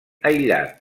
aïllat